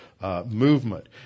movement